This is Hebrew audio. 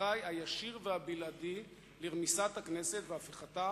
האחראי הישיר והבלעדי לרמיסת הכנסת ולהפיכתה